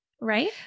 right